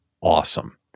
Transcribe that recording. awesome